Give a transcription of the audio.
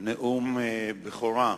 נאום בכורה.